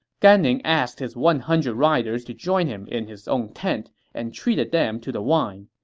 gan ning asked his one hundred riders to join him in his own tent and treated them to the wine.